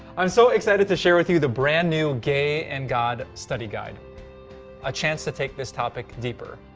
i'm so excited to share with you the brand new gay and god study guide a chance to take this topic deeper